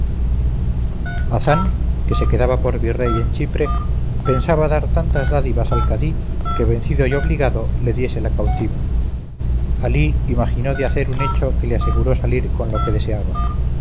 deseos hazán que se quedaba por virrey en chipre pensaba dar tantas dádivas al cadí que vencido y obligado le diese la cautiva alí imaginó de hacer un hecho que le aseguró salir con lo que deseaba